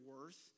worth